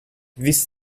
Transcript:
this